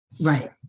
Right